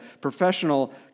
professional